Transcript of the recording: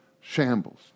shambles